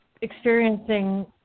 experiencing